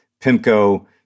PIMCO